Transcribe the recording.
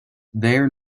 there